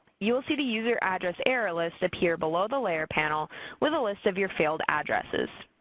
you will see the user address error list appear below the layer panel with a list of your failed addresses.